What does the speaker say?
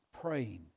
praying